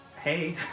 Hey